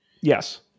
Yes